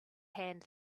hand